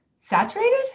saturated